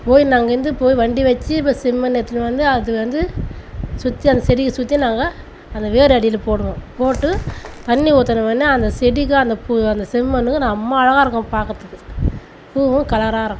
போய் நான் இங்கேயிருந்து போய் வண்டி வச்சு செம்மண் எடுத்துட்டு வந்து அது வந்து சுற்றி அந்த செடியை சுற்றி நாங்கள் அந்த வேர் அடியில் போடுவோம் போட்டு தண்ணி ஊற்றினவொன்னே அந்த செடிக்கு அந்த அந்த செம்மண்ணுக்கும் அம்மாழகாக இருக்கும் பாக்கிறதுக்கு பூவும் கலராக இருக்கும்